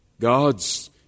God's